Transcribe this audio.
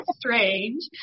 Strange